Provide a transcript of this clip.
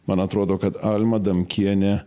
man atrodo kad alma adamkienė